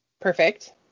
Perfect